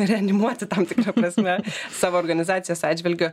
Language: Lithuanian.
reanimuoti tam tikra prasme savo organizacijos atžvilgiu